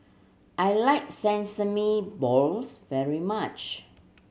I like sesame balls very much